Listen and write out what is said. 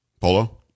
Polo